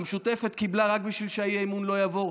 והמשותפת קיבלה רק בשביל שהאי-אמון לא יעבור.